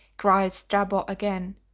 cries strabo again.